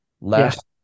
Last